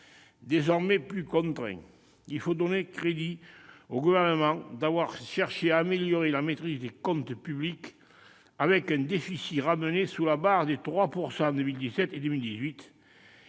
désormais plus contraint, il faut donner crédit au Gouvernement d'avoir cherché à améliorer la maîtrise des comptes publics, avec un déficit ramené sous la barre des 3 % du PIB en 2017 et 2018,